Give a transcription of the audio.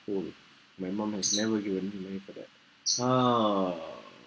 oh my mum has never given me for that ah